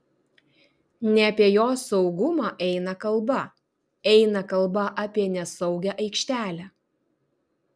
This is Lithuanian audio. ne apie jos saugumą eina kalba eina kalba apie nesaugią aikštelę